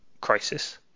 crisis